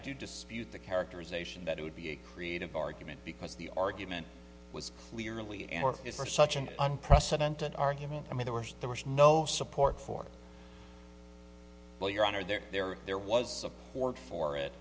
do dispute the characterization that it would be a creative argument because the argument was clearly and is for such an unprecedented argument i mean the worst there was no support for well your honor there there there was support for it